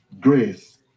grace